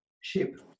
ship